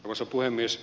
arvoisa puhemies